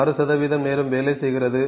60 நேரம் வேலை செய்கிறது